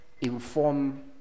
inform